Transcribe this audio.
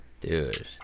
Dude